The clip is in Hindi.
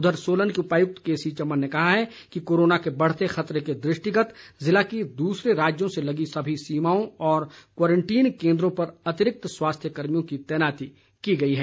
उधर सोलन के उपायुक्त के सी चमन ने कहा है कि कोरोना के बढ़ते खतरे के दृष्टिगत ज़िले की दूसरे राज्यों से लगी सभी सीमाओं और क्वारंटीन केन्द्रों पर अतिरिक्त स्वास्थ्य कर्मियों की तैनाती की गई है